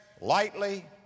lightly